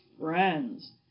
friends